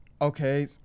Okay